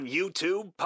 YouTube